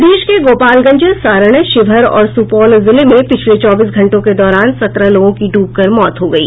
प्रदेश के गोपालगंज सारण शिवहर और सुपौल जिले में पिछले चौबीस घंटों के दौरान सत्रह लोगों की ड्रबकर मौत हो गयी